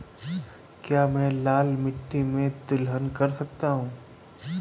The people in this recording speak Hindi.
क्या मैं लाल मिट्टी में तिलहन कर सकता हूँ?